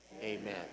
amen